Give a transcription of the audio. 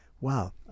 wow